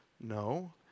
No